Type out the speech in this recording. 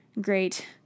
great –